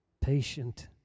patient